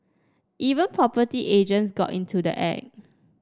even property agents got into the act